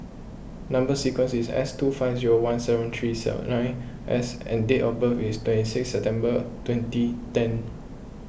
Number Sequence is S two five zero one seven three seven nine S and date of birth is twenty six September twenty ten